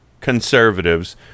conservatives